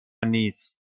نیست